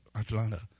Atlanta